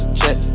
check